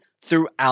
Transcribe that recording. throughout